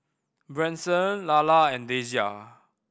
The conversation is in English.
Branson Lalla and Dasia